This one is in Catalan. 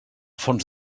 fons